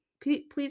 please